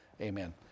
Amen